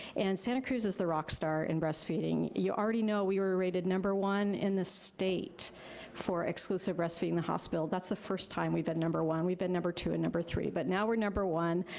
and santa cruz is the rockstar in breastfeeding. you already know we were rated number one in the state for exclusive breastfeeding, the hospital. that's the first time we've been number one. we've been number two and number three, but now we're number one.